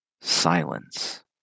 silence